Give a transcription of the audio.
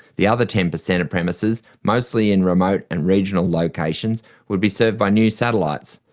the other ten percent of premises, mostly in remote and regional locations, would be served by new satellites,